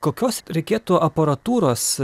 kokios reikėtų aparatūros